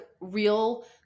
real